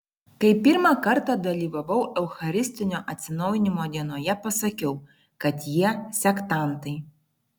kai pirmą kartą dalyvavau eucharistinio atsinaujinimo dienoje pasakiau kad jie sektantai